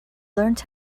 learned